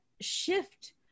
shift